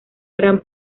gran